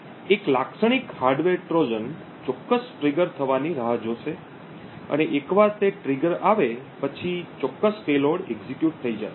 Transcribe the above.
એક લાક્ષણિક hardware Trojan ચોક્કસ ટ્રિગર થવાની રાહ જોશે અને એકવાર તે ટ્રિગર આવે પછી ચોક્કસ પેલોડ એક્ઝિક્યુટ થઈ જાય